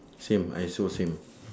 same I also same